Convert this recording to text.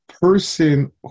person